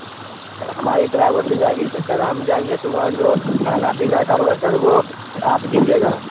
سر ہماری ڈرائیور جو جائے گی تو سر ہم جائیں گے تو وہاں جو کھانا پینا کا ہوگا سر وہ آپ دیجیے گا